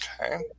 Okay